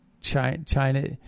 China